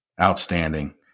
Outstanding